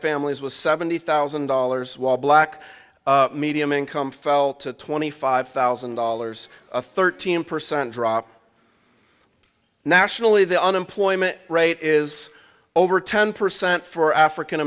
families was seventy thousand dollars while black medium income fell to twenty five thousand dollars a thirteen percent drop nationally the unemployment rate is over ten percent for african